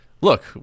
look